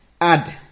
add